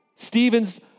Stephen's